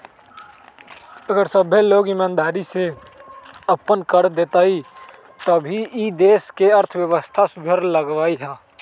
अगर सभ्भे लोग ईमानदारी से अप्पन कर देतई तभीए ई देश के अर्थव्यवस्था सुधर सकलई ह